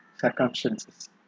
circumstances